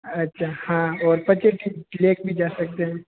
अच्छा हाँ और पछेट्टी लेक भी जा सकते हैं